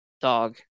dog